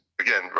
again